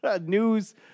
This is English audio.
News